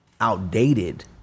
outdated